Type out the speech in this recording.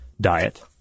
diet